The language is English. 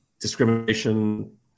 discrimination